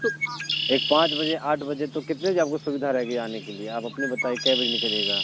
تو ایک پانچ بجے آٹھ بجے تو کتنے بجے آپ کو سویدھا رہے گی آنے کے لیے آپ اپنی بتائیے کے بجے نکلیے گا